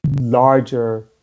larger